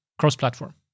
Cross-platform